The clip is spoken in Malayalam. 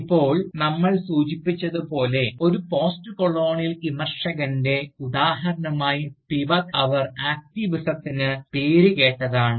ഇപ്പോൾ നമ്മൾ സൂചിപ്പിച്ചതുപോലെ ഒരു പോസ്റ്റ്കൊളോണിയൽ വിമർശകൻറെ ഉദാഹരണമായി സ്പിവക് അവർ ആക്ടിവിസത്തിന് പേരുകേട്ടതാണ്